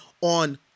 on